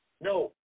No